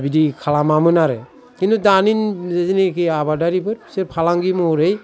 बिदि खालामामोन आरो खिन्थु दानि जेनेखि आबादारिफोर बिसोर फालांगि महरै